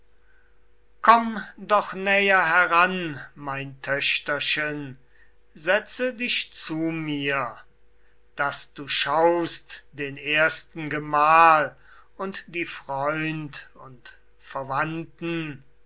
komm doch näher heran mein töchterchen setze dich zu mir daß du schaust den ersten gemahl und die freund und verwandten